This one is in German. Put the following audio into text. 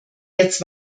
jetzt